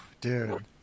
Dude